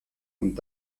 und